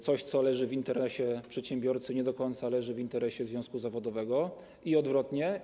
Coś, co leży w interesie przedsiębiorcy, nie do końca leży w interesie związku zawodowego i odwrotnie.